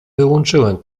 wyłączyłem